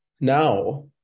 now